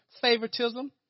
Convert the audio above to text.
favoritism